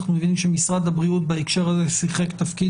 אנחנו מבינים שמשרד הבריאות בהקשר הזה שיחק תפקיד